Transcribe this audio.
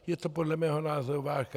Je to podle mého názoru válka.